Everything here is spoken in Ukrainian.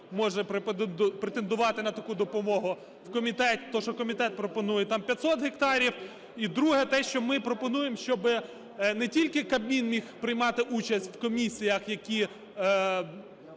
може претендувати на таку допомогу, те, що комітет пропонує, там 500 гектарів. І друге, те, що ми пропонуємо, щоби не тільки Кабмін міг приймати участь в комісіях, які